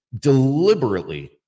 deliberately